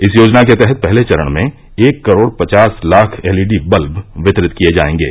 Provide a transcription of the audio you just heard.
इस योजना के तहत पहले चरण में एक करोड़ पचास लाख एलईडी बल्ब वितरित किए जाएंगे